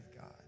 God